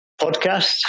podcast